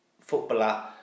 footballer